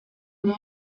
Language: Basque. ere